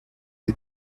the